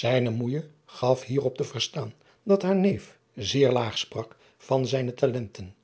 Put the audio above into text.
ijne moeije gaf hierop te verstaan dat haar neef zeer laag sprak van zijne talenten